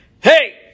Hey